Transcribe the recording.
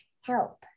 Help